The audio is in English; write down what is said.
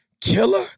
killer